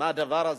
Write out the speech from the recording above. מהדבר הזה.